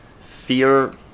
fear-